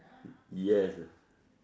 yes